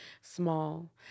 small